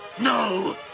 No